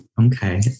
Okay